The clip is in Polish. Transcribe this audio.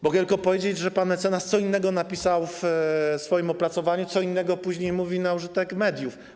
Mogę tylko powiedzieć, że pan mecenas co innego napisał w swoim opracowaniu, co innego później mówił na użytek mediów.